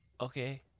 Okay